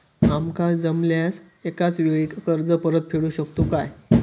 आमका जमल्यास एकाच वेळी कर्ज परत फेडू शकतू काय?